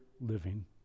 living